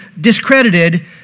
discredited